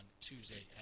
Tuesday